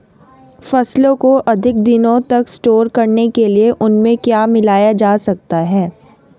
फसलों को अधिक दिनों तक स्टोर करने के लिए उनमें क्या मिलाया जा सकता है?